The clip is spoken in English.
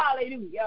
Hallelujah